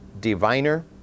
diviner